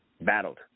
battled